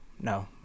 no